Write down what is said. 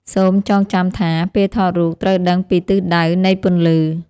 សូមចងចាំថា ពេលថតរូបត្រូវដឹងពីទិសដៅនៃពន្លឺ។